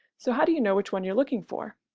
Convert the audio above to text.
so how do you know which one you're looking for?